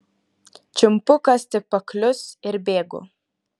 čiumpu kas tik paklius ir bėgu